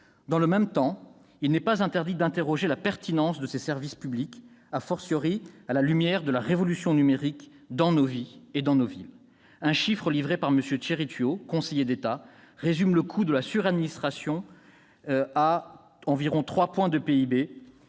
Dans le même temps, il n'est pas interdit d'interroger la pertinence de ces services publics, à la lumière de la révolution numérique dans nos vies et dans nos villes. M. Thierry Tuot, conseiller d'État, estime le coût de la suradministration à environ 3 points de PIB.